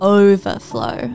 overflow